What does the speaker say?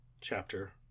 Chapter